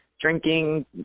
drinking